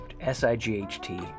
S-I-G-H-T